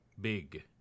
Big